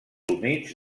humits